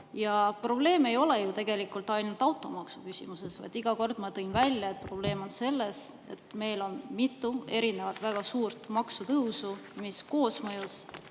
Ja probleem ei ole ju ainult automaksus, vaid ma tõin välja, et probleem on selles, et meil on mitu erinevat väga suurt maksutõusu, mis koosmõjus